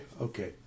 Okay